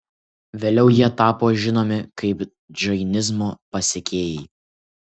vėliau jie tapo žinomi kaip džainizmo pasekėjai